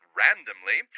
randomly